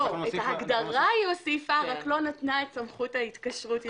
ההגדרה היא הוסיפה, רק לא נתנה את סמכות ההתקשרות.